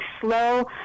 slow